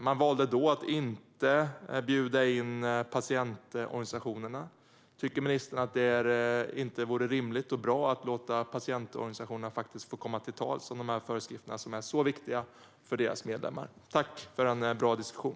Man valde då att inte bjuda in patientorganisationerna. Tycker inte ministern att det vore rimligt och bra att låta patientorganisationerna komma till tals när det gäller de här föreskrifterna, som är så viktiga för deras medlemmar? Tack för en bra diskussion!